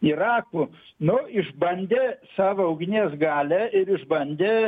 iraku nu išbandė savo ugnies galią ir išbandė